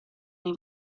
nei